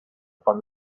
from